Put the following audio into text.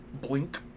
blink